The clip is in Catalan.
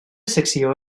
secció